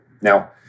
Now